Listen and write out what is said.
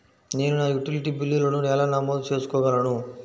నేను నా యుటిలిటీ బిల్లులను ఎలా నమోదు చేసుకోగలను?